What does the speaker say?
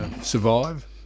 Survive